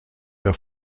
der